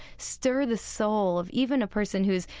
stir the soul of even a person who's,